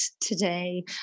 today